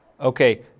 Okay